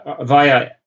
via